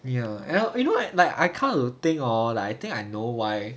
ya L you know like I kind of think hor like I think I know why